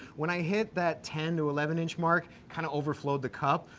when i hit that ten to eleven inch mark, kinda overflowed the cup,